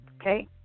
okay